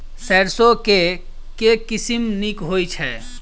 सैरसो केँ के किसिम नीक होइ छै?